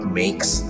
makes